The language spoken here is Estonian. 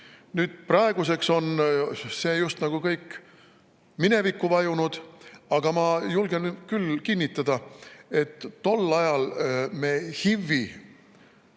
Praeguseks on see just nagu kõik minevikku vajunud, aga ma julgen küll kinnitada, et tol ajal me HIV‑i